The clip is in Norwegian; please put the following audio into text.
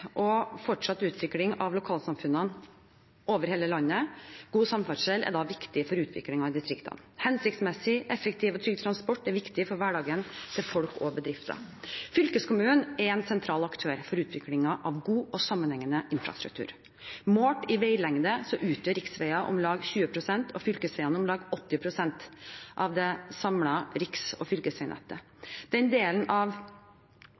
og fortsatt utvikling av lokalsamfunnene over hele landet. God samferdsel er viktig for utviklingen i distriktene. Hensiktsmessig, effektiv og trygg transport er viktig for hverdagen til folk og bedrifter. Fylkeskommunen er en sentral aktør for utviklingen av god og sammenhengende infrastruktur. Målt i veilengde utgjør riksveier om lag 20 pst. og fylkesveier om lag 80 pst. av det samlede riks- og fylkesveinettet. Den delen av